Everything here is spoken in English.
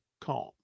calm